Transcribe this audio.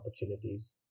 opportunities